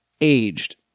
aged